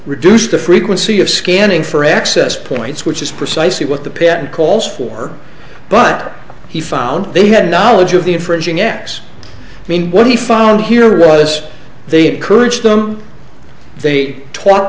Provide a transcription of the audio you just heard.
reduce the frequency of scanning for access points which is precisely what the patent calls for but he found they had knowledge of the infringing acts mean what he found here was they had courage them they t